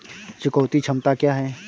चुकौती क्षमता क्या है?